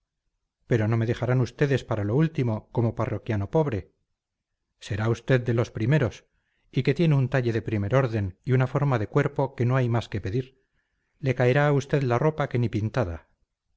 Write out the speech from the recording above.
pero no me dejarán ustedes para lo último como parroquiano pobre será usted de los primeros y que tiene un talle de primer orden y una forma de cuerpo que no hay más que pedir le caerá a usted la ropa que ni pintada